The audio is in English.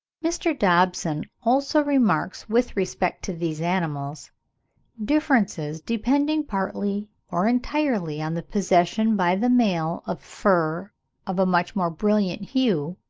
mr. dobson also remarks, with respect to these animals differences, depending partly or entirely on the possession by the male of fur of a much more brilliant hue,